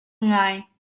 ngai